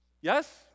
Yes